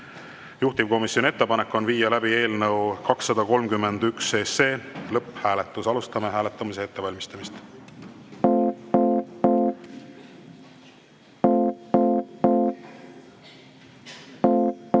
Juhtivkomisjoni ettepanek on viia läbi eelnõu 231 lõpphääletus. Alustame hääletamise ettevalmistamist.